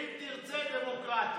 ואם תרצה, דמוקרטית.